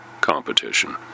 competition